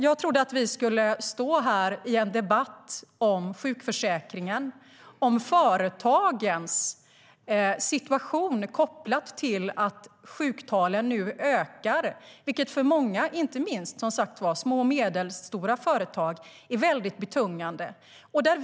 Jag trodde att vi skulle stå här i en debatt om sjukförsäkringen och om företagens situation kopplat till att sjuktalen nu ökar, vilket för många, inte minst små och medelstora företag, är betungande.